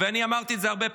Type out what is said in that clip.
ואני אמרתי את זה הרבה פעמים,